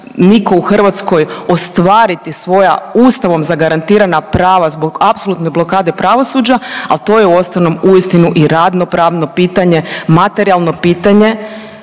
nitko u Hrvatskoj ostvariti svoja Ustavom zagarantirana prava zbog apsolutne blokade pravosuđa, a to je uostalom uistinu i radno pravno pitanje, materijalno pitanje